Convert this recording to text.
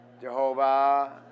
Jehovah